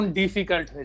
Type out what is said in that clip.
difficult